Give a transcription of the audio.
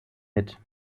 mit